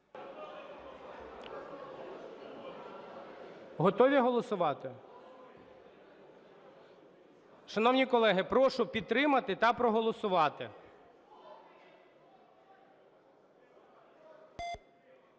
Готові голосувати? Шановні колеги, прошу підтримати та проголосувати.